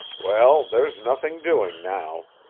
well, there's nothing doing now.